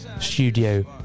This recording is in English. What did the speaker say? studio